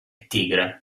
tigre